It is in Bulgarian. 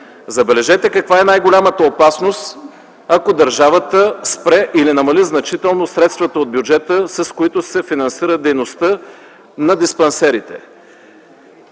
Забележете каква е най-голямата опасност, ако държавата спре или намали значително средствата от бюджета, с които се финансира дейността на диспансерите.